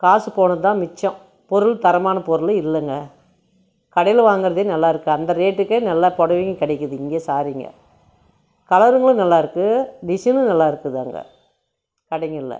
காசு போனது தான் மிச்சம் பொருள் தரமான பொருள் இல்லைங்க கடையில் வாங்கிறதே நல்லா இருக்குது அந்த ரேட்டுக்கே எல்லா புடவையும் கிடைக்கிது இங்கே ஸாரீங்க கலருங்களும் நல்லா இருக்குது டிசைனும் நல்லா இருக்குது அங்கே கடைங்களில்